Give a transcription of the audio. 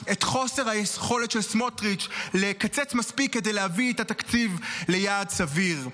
את חוסר היכולת של סמוטריץ' לקצץ מספיק כדי להביא את התקציב ליעד סביר,